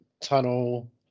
tunnel